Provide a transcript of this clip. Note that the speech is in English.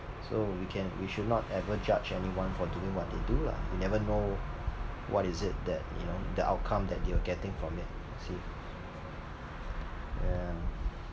so we can we should not ever judge anyone for doing what they do lah you never know what is it that you know the outcome that they are getting from it see yeah